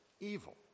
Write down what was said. evil